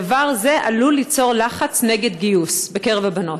דבר זה עלול ליצור לחץ נגד גיוס בקרב הבנות.